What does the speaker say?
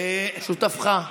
שותפך.